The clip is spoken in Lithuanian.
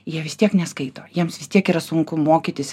jie vis tiek neskaito jiems vis tiek yra sunku mokytis